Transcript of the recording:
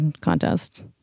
contest